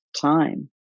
time